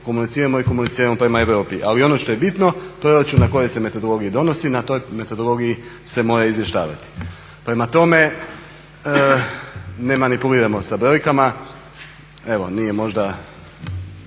komuniciramo i komuniciramo prema Europi. Ali ono što je bitno proračun na kojoj se metodologiji donosi na toj metodologiji se mora izvještavati. Prema tome, ne manipuliramo sa brojkama. Oko te situacije